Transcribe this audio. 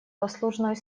послужной